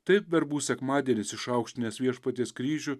taip verbų sekmadienis išaukštinęs viešpaties kryžių